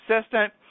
assistant